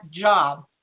job